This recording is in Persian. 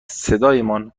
صدایمان